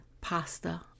pasta